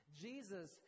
Jesus